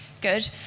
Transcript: good